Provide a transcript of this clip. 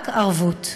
רק ערבות.